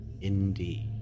Indeed